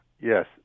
Yes